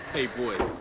a boy.